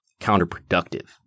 counterproductive